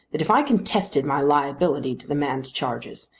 that if i contested my liability to the man's charges,